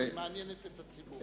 היא מעניינת את הציבור.